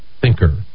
thinker